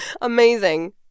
Amazing